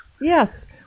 Yes